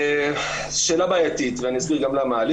שאלה בעייתית ואני אסביר גם למה.